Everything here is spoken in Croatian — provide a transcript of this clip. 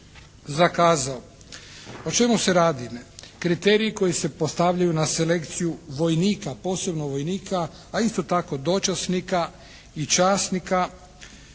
zakazao. O čemu se radi? Kriteriji koji se postavljaju na selekciju vojnika, posebno vojnika a isto tako dočasnika i časnika